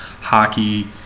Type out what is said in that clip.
hockey